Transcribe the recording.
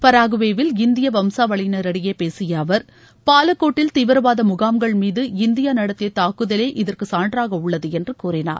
Paraguay வில் இந்திய வம்சாவளியினரிடையே பேசிய அவர் பாலாகோட்டில் தீவிரவாத முகாம்கள் மீது இந்தியா நடத்திய தாக்குதலே இதற்கு சான்றாக உள்ளது என்று கூறினார்